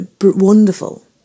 wonderful